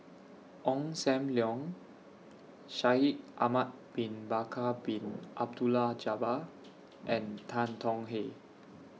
Ong SAM Leong Shaikh Ahmad Bin Bakar Bin Abdullah Jabbar and Tan Tong Hye